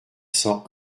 cent